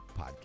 podcast